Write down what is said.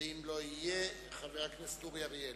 ואם לא יהיה, חבר הכנסת אורי אריאל,